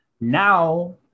Now